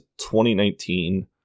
2019